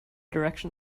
direction